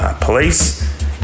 Police